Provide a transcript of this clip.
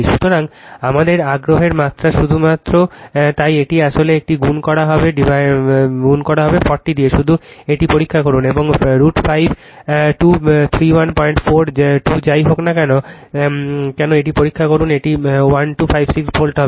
সুতরাং আমাদের আগ্রহের মাত্রা শুধুমাত্র তাই এটি আসলে এটিকে গুন করা হবে40 শুধু এটি পরীক্ষা করুন এবং √5 2 314 2 যাই হোক না কেন এটি পরীক্ষা করুন এটি 1256 ভোল্ট হবে